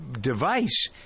device